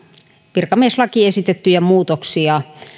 virkamieslakiin esitettyjä muutoksia